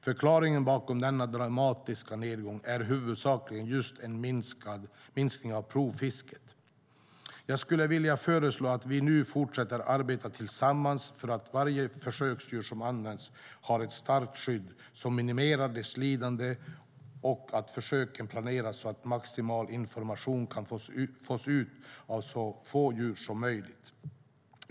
Förklaringen bakom denna dramatiska nedgång är huvudsakligen just en minskning av provfisket. Jag skulle vilja föreslå att vi nu fortsätter arbeta tillsammans för att varje försöksdjur som används ska ha ett starkt skydd som minimerar dess lidande och för att försöken ska planeras så att maximal information kan fås ut av så få djur som möjligt.